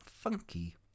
funky